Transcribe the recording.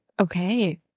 Okay